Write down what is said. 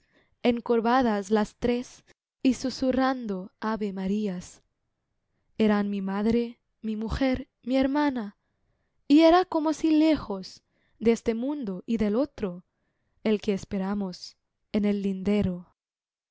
encorvadas las tres y susurrando ave marías eran mi madre mi mujer mi hermana y era como si lejos de este mundo y del otro el que esperamos en el lindero